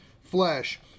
flesh